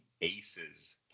Aces